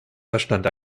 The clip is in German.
verstand